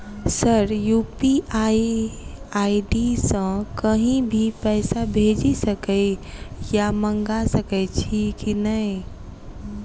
Sir UPI ID सँ कहि भी पैसा भेजि सकै या मंगा सकै छी की न ई?